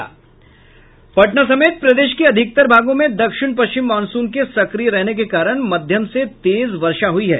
पटना समेत प्रदेश के अधिकतर भागों में दक्षिण पश्चिम मॉनसून के सक्रिय रहने के कारण मध्यम से तेज वर्षा हुई है